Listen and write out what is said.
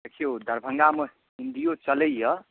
देखिऔ दरभंगामे हिंदिओ चलैए